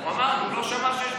הוא אמר שהוא לא שמע שיש